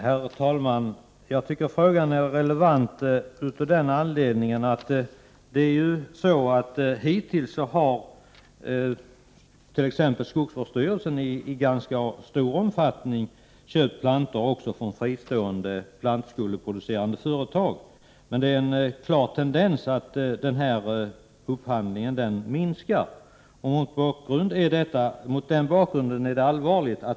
Herr talman! Jag tycker att frågan är relevant. Hittills har ju t.ex. skogsstyrelsen i ganska stor omfattning köpt plantor också från fristående plantskoleföretag. Men det finns en klar tendens till en minskning av sådan upphandling. Mot den bakgrunden är situationen allvarlig.